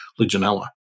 Legionella